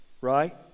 Right